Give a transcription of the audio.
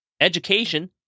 Education